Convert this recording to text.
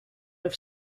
have